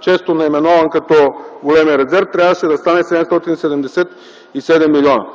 често наименуван като големия резерв, трябваше да стане 777 милиона.